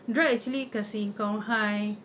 drug actually kasih kau high